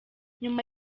nyuma